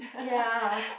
ya